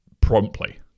promptly